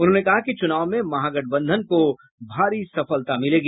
उन्होंने कहा कि चुनाव में महागठबंधन को भारी सफलता मिलेगी